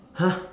!huh!